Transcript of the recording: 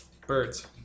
Birds